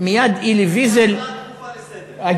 מייד אלי ויזל, מייד הצעה דחופה לסדר-היום.